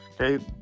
Okay